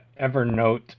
Evernote